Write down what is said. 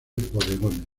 bodegones